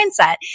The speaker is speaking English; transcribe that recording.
mindset